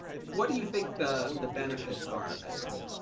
what do you think the the benefits are of it?